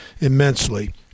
immensely